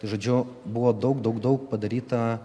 žodžiu buvo daug daug daug padaryta